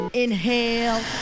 Inhale